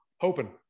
hoping